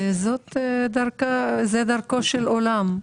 וזה דרכו של עולם.